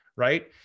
right